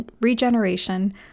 regeneration